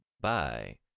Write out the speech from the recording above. Bye